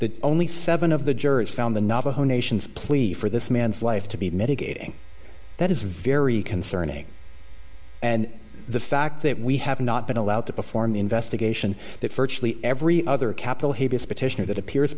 that only seven of the jurors found the navajo nation's plea for this man's life to be mitigating that is very concerning and the fact that we have not been allowed to perform the investigation that virtually every other capitol